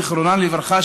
זיכרונה לברכה,